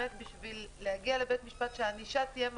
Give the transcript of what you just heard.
בשביל להגיע בתי המשפט כדאי שהענישה תהיה מחמירה.